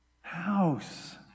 house